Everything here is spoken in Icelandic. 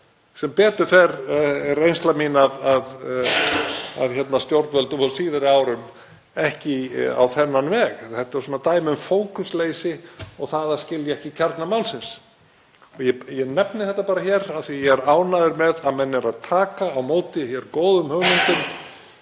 Sem betur fer er reynsla mín af stjórnvöldum á síðari árum ekki á þennan veg. Þetta er dæmi um fókusleysi og það að skilja ekki kjarna málsins. Ég nefni þetta bara hér af því að ég er ánægður með að menn eru að taka á móti góðum hugmyndum